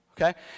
Okay